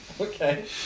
Okay